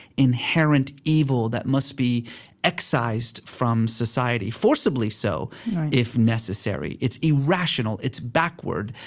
inherent evil that must be excised from society. forcibly so right if necessary. it's irrational. it's backward.